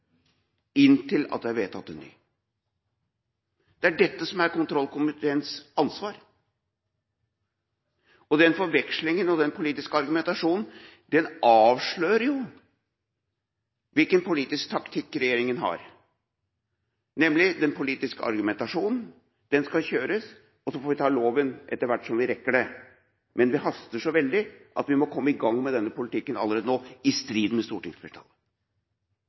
inntil det er vedtatt en ny. Det er dette som er kontrollkomiteens ansvar, og den forvekslinga og den politiske argumentasjonen avslører hvilken politisk taktikk regjeringa har, nemlig: Den politiske argumentasjonen skal kjøres, og så får vi ta loven etter hvert som vi rekker det. Men det haster så veldig at vi må komme i gang med denne politikken allerede nå – i strid med stortingsflertallet.